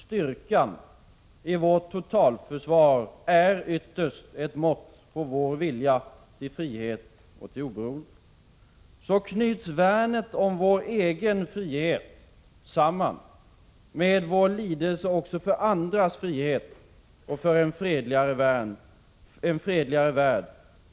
Styrkan i vårt totalförsvar är ytterst ett mått på vår vilja till frihet och till oberoende. Så knyts värnet om vår egen frihet samman med vår lidelse också för andras frihet och för en fredligare värld.